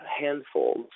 handfuls